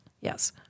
Yes